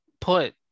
put